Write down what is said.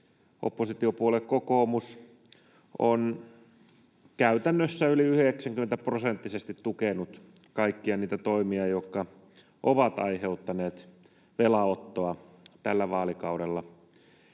oppositiopuolue kokoomus on käytännössä yli 90-prosenttisesti tukenut kaikkia niitä toimia, jotka ovat aiheuttaneet velanottoa tällä vaalikaudella.